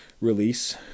release